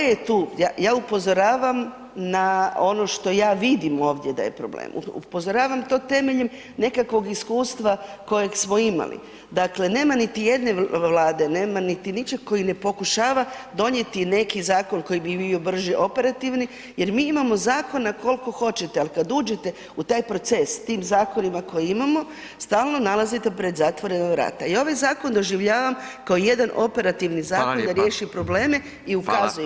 Ja upozoravam na ono što ja vidim ovdje da je problem, upozoravam to temeljem nekakvog iskustva kojeg smo imali, dakle nema niti jedne Vlade, nema niti ničeg koji ne pokušava donijeti neki zakon koji bi bio brži operativni jer mi imamo zakona koliko hoćete, al kad uđete u taj proces s tim zakonima koje imamo, stalno nalazite pred zatvorena vrata i ovaj zakon doživljavam kao jedan operativni zakon [[Upadica: Hvala lijepo]] da riješi probleme [[Upadica: Hvala]] i ukazujem na probleme.